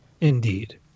Indeed